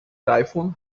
typhoon